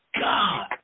God